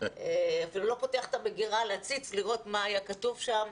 אפילו לא פותח את המגרה להציץ לראות מה היה כתוב שם,